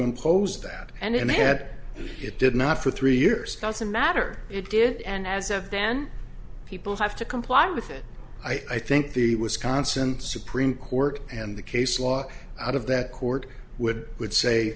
impose that and they had it did not for three years doesn't matter it did and as of then people have to comply with it i think the wisconsin supreme court and the case law out of that court would would say